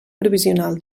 provisional